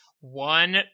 One